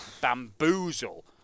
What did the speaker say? bamboozle